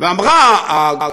אומר הרב